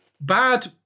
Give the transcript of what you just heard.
bad